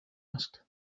asked